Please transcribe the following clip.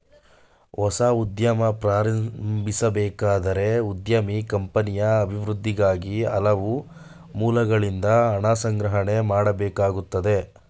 ಹೊಸ ಉದ್ಯಮ ಪ್ರಾರಂಭಿಸಬೇಕಾದರೆ ಉದ್ಯಮಿ ಕಂಪನಿಯ ಅಭಿವೃದ್ಧಿಗಾಗಿ ಹಲವು ಮೂಲಗಳಿಂದ ಹಣ ಸಂಗ್ರಹಣೆ ಮಾಡಬೇಕಾಗುತ್ತದೆ